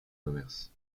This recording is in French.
commerces